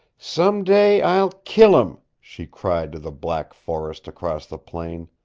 some day, i'll kill im, she cried to the black forest across the plain.